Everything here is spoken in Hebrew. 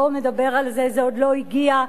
זה עוד לא הגיע,